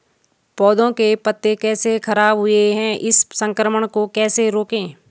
पौधों के पत्ते कैसे खराब हुए हैं इस संक्रमण को कैसे रोकें?